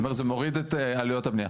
כלומר זה מוריד את עלויות הבניה.